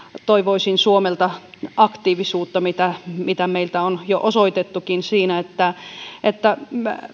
toivoisin suomelta aktiivisuutta mitä mitä meiltä on jo osoitettukin siinä että että